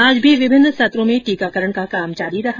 आज भी विभिन्न सत्रों में टीकाकरण का काम जारी रहा